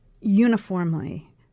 Uniformly